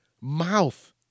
mouth